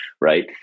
right